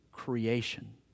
creation